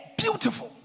beautiful